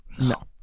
No